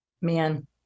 Man